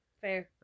Fair